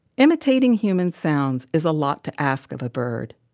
imitating human sounds is a lot to ask of a bird.